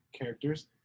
characters